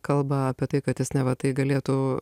kalba apie tai kad jis neva tai galėtų